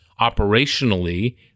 operationally